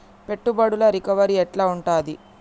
పెట్టుబడుల రికవరీ ఎట్ల ఉంటది?